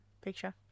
Picture